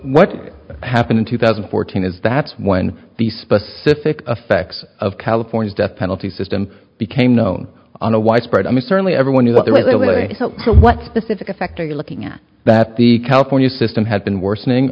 what happened in two thousand and fourteen is that's when the specific effects of california's death penalty system became known on a widespread i mean certainly everyone knew what they were really what specific effect are you looking at that the california system had been worsening